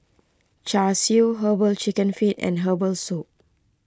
Char Siu Herbal Chicken Feet and Herbal Soup